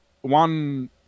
One